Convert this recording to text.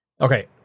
Okay